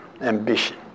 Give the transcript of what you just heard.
Ambition